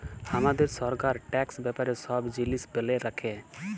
হামাদের সরকার ট্যাক্স ব্যাপারে সব জিলিস ব্যলে রাখে